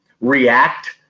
react